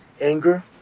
anger